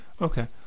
Okay